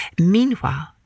meanwhile